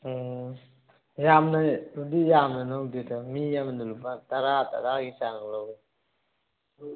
ꯎꯝ ꯌꯥꯝꯅ ꯗꯤ ꯌꯥꯝꯅ ꯂꯧꯗꯦꯗ ꯃꯤ ꯑꯃꯗ ꯂꯨꯄꯥ ꯇꯔꯥ ꯇꯔꯥꯒꯤ ꯆꯥꯡ ꯂꯧꯋꯦ